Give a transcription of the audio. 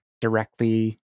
directly